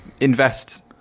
invest